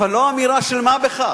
זו לא אמירה של מה בכך.